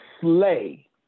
slay